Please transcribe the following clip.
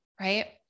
right